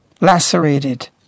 lacerated